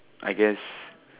I guess